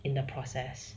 in the process